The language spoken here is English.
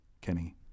Kenny